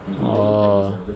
orh